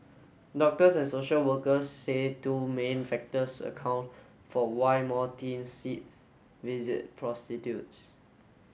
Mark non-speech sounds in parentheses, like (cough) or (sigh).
doctors and social workers say two main factors account for why more teens (unintelligible) visit prostitutes